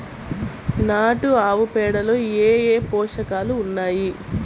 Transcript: నాటు ఆవుపేడలో ఏ ఏ పోషకాలు ఉన్నాయి?